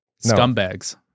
Scumbags